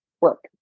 work